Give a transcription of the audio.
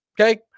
okay